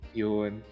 yun